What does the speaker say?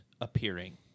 appearing